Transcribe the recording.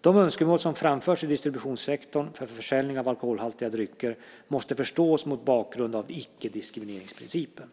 De önskemål som framförts i distributionssektorn för försäljning av alkoholhaltiga drycker måste förstås mot bakgrund av icke-diskrimineringsprincipen.